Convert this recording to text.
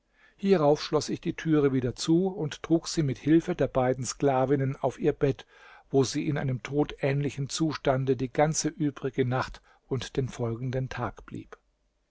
hierauf schloß ich die türe wieder zu und trug sie mit hilfe der beiden sklavinnen auf ihr bett wo sie in einem todähnlichen zustande die ganze übrige nacht und den folgenden tag blieb